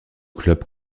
club